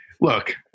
Look